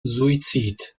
suizid